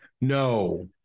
No